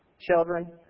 Children